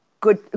good